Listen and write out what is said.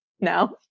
now